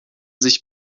sich